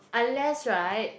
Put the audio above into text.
unless [right]